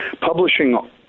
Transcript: publishing